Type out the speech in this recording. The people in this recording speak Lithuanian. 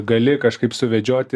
gali kažkaip suvedžioti